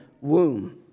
womb